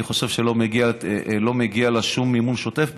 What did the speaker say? אני חושב שלא מגיע לה שום מימון שוטף,